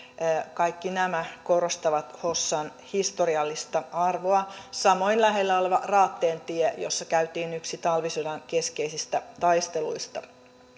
kaikki nämä korostavat hossan historiallista arvoa samoin lähellä oleva raatteentie jossa käytiin yksi talvisodan keskeisistä taisteluista